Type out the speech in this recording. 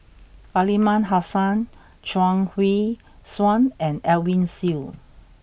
Aliman Hassan Chuang Hui Tsuan and Edwin Siew